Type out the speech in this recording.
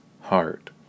heart